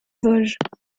vosges